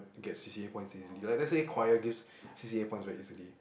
get C_C_A points easily like let's say choir gives C_C_A points very easily